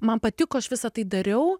man patiko aš visa tai dariau